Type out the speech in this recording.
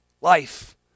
life